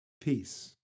Peace